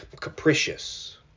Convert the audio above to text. capricious